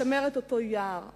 לשמר את אותו יעד,